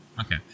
Okay